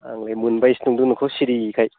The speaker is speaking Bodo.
आंलाय मोनबायसो नंदों नोंखौ सिरि खाय